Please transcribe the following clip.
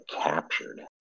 captured